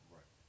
Right